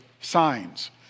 signs